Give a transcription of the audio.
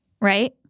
right